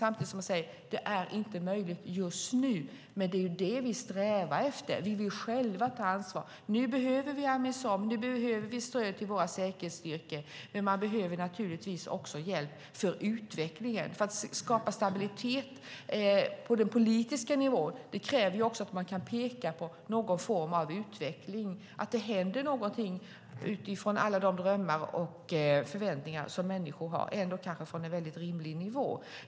Samtidigt säger man att det inte är möjligt just nu. Men man strävar efter att själva ta ansvar. Nu behöver man Amisom och stöd till sina säkerhetsstyrkor. Men man behöver naturligtvis också hjälp med utvecklingen. Att skapa stabilitet på den politiska nivån kräver också att man kan peka på någon form av utveckling och att det händer någonting utifrån alla de drömmar och förväntningar som människor har från en mycket rimlig nivå.